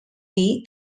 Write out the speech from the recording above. dir